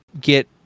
get